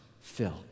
fill